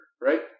right